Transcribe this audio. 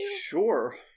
Sure